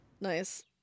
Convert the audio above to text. Nice